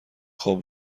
خواب